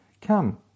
Come